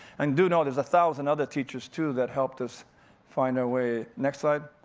and do know, there's a thousand other teachers, too, that helped us find our way. next slide.